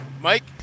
Mike